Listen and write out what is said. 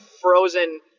frozen